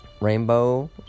Rainbow